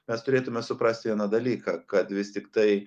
mes turėtume suprast vieną dalyką kad vis tiktai